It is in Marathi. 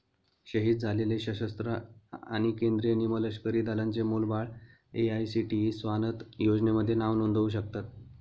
शहीद झालेले सशस्त्र आणि केंद्रीय निमलष्करी दलांचे मुलं बाळं ए.आय.सी.टी.ई स्वानथ योजनेमध्ये नाव नोंदवू शकतात